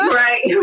right